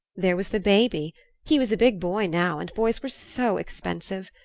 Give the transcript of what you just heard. there was the baby he was a big boy now, and boys were so expensive!